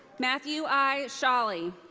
matthew i. sholley.